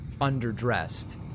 underdressed